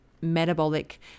metabolic